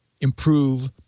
improve